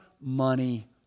money